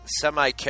semi